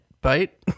bite